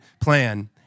plan